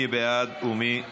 התשע"ח 2018. מי בעד ומי נגד?